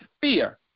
fear